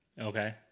Okay